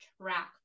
track